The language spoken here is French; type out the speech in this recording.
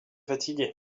fatigué